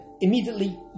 immediately